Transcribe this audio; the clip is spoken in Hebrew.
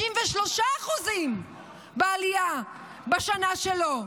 53% עלייה בשנה שלו.